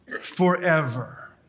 forever